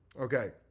Okay